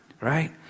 right